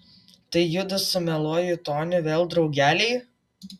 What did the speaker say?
tai judu su mieluoju toniu vėl draugeliai